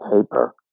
paper